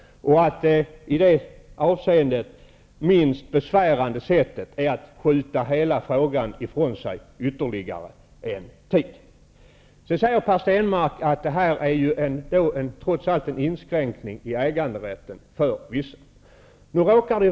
I det avseendet är kanske det minst besvärande sättet att ytterligare en tid skjuta hela frågan ifrån sig. Per Stenmarck sade att det trots allt rör sig om en inskränkning i äganderätten för vissa.